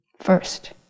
first